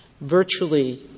Virtually